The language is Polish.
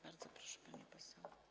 Bardzo proszę, pani poseł.